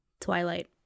Twilight